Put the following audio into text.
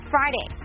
Friday